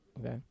Okay